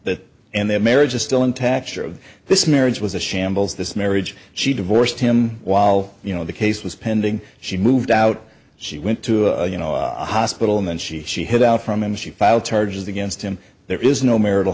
that and their marriage is still intact sure of this marriage was a shambles this marriage she divorced him while you know the case was pending she moved out she went to a you know a hospital and then she she hid out from him she filed charges against him there is no marital